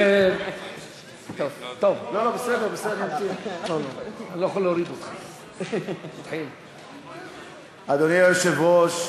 אדוני היושב-ראש,